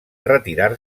retirar